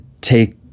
take